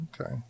Okay